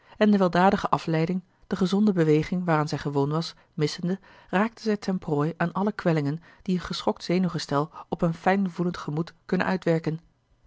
en de weldadige afleiding de gezonde beweging waaraan zij gewoon was missende raakte zij ten prooi aan alle kwellingen die een geschokt zenuwgestel op een fijnvoelend gemoed kunnen uitwerken